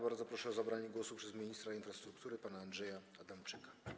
Bardzo proszę o zabranie głosu ministra infrastruktury pana Andrzeja Adamczyka.